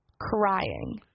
crying